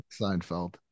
Seinfeld